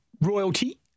royalty –